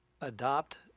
adopt